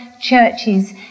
churches